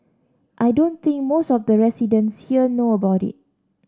I don't think most of the residents here know about it